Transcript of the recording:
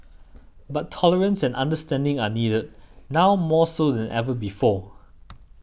but tolerance and understanding are needed now more so than ever before